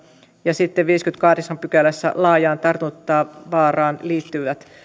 ja sitten viidennessäkymmenennessäkahdeksannessa pykälässä laajaan tartuntavaaraan liittyvät